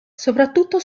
soprattutto